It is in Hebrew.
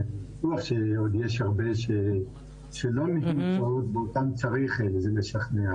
בטוח שעוד יש הרבה שלא משוכנעות ואותן צריך לשכנע,